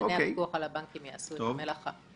שסגני הפיקוח על הבנקים יעשו את המלאכה.